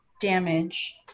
damage